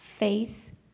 Faith